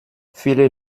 viele